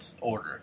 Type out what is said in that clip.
order